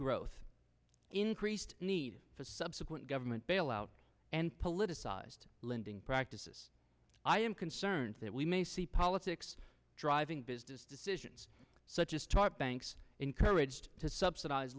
growth increased need to subsequent government bailout and politicized lending practices i am concerned that we may see politics driving business decisions such as top banks encouraged to subsidize